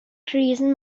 krisen